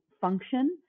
function